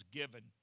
given